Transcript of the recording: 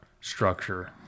structure